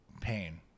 pain